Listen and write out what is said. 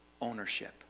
ownership